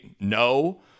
No